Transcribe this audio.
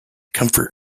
comfort